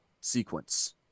sequence